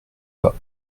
pas